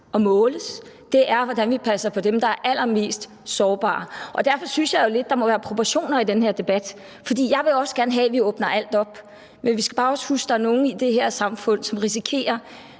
i forhold til, hvordan vi passer på dem, der er allermest sårbare. Derfor synes jeg jo lidt, at der må være proportioner i den her debat. For jeg vil også gerne have, at vi åbner alt op, men vi skal også bare huske, at der er nogle i det her samfund, som i